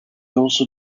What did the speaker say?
also